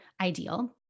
ideal